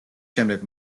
შემდეგ